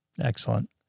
Excellent